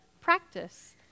practice